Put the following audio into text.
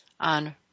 on